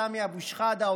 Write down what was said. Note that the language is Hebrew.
סמי אבו שחאדה,